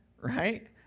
right